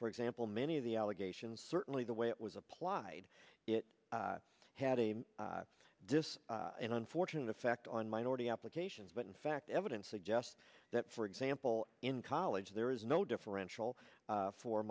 for example many of the allegations certainly the way it was applied it had a this an unfortunate effect on minority applications but in fact evidence suggests that for example in college there is no